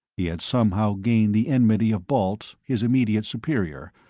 he had somehow gained the enmity of balt, his immediate superior,